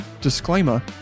disclaimer